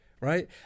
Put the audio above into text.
right